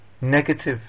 negative